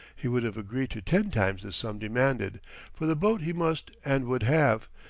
he would have agreed to ten times the sum demanded for the boat he must and would have.